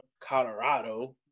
Colorado